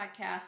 podcast